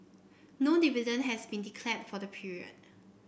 no dividend has been declared for the period